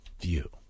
View